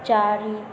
चारि